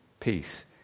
Peace